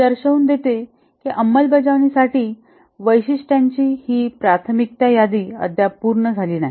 हे दर्शवून देते कि अंमलबजावणी साठी वैशिष्ट्यांची ही प्राथमिकता यादी अद्याप पूर्ण झाली नाही